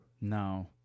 No